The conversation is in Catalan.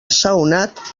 assaonat